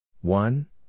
one